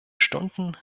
stunden